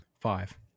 Five